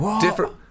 different